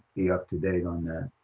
be up-to-date on that.